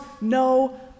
no